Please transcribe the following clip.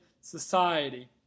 society